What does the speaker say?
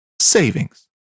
savings